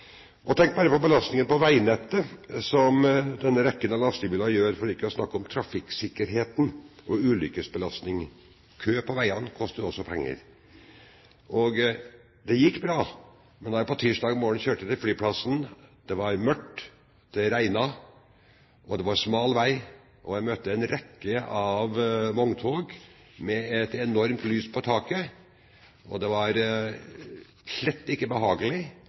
Kø på veiene koster også penger. Da jeg tirsdag morgen kjørte til flyplassen, var det mørkt, det regnet, det var smal vei, og jeg møtte en rekke vogntog – med et enormt lys på taket. Det var slett ikke behagelig,